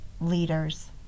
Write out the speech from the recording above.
leaders